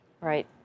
Right